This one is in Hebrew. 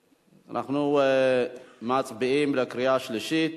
אדוני, האם להצביע בקריאה שלישית?